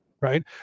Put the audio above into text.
right